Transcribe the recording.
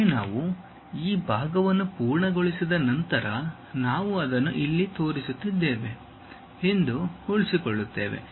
ಒಮ್ಮೆ ನಾವು ಈ ಭಾಗವನ್ನು ಪೂರ್ಣಗೊಳಿಸಿದ ನಂತರ ನಾವು ಅದನ್ನು ಇಲ್ಲಿ ತೋರಿಸುತ್ತಿದ್ದೇವೆ ಎಂದು ಉಳಿಸಿಕೊಳ್ಳುತ್ತೇವೆ